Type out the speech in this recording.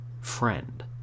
friend